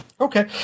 Okay